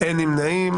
אין נמנעים.